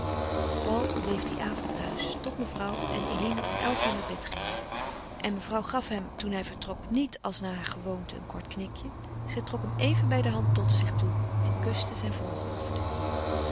paul bleef dien avond thuis tot mevrouw en eline om elf uur naar bed gingen en mevrouw gaf hem toen hij vertrok niet als naar gewoonte een kort knikje zij trok hem even bij de hand tot zich en kuste zijn voorhoofd